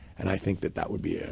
and i think that that would be ah